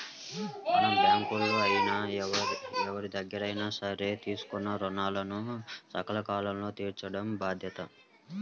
మనం బ్యేంకుల్లో అయినా ఎవరిదగ్గరైనా సరే తీసుకున్న రుణాలను సకాలంలో తీర్చటం బాధ్యత